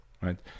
right